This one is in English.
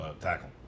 tackle